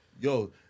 Yo